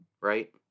right